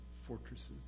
fortresses